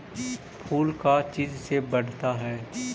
फूल का चीज से बढ़ता है?